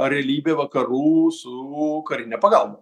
realybė vakarų su karine pagalba